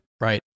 right